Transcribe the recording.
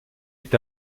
est